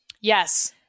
Yes